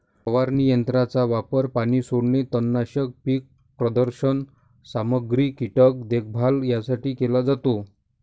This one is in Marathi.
फवारणी यंत्राचा वापर पाणी सोडणे, तणनाशक, पीक प्रदर्शन सामग्री, कीटक देखभाल यासाठी केला जातो